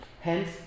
Hence